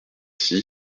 zéro